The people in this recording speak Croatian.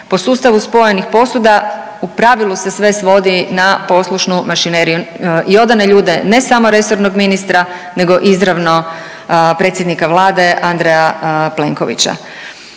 Po sustavu spojenih posuda u pravilu se sve svodi na poslušnu mašineriju i odane ljude ne samo resornog ministra nego izravno predsjednika Vlade Andreja Plenkovića.